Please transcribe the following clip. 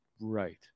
Right